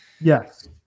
Yes